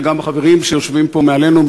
וגם החברים מהמשטרה שיושבים פה מעלינו,